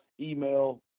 email